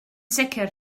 sicr